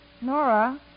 Nora